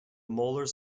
molars